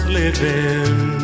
living